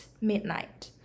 midnight